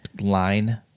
line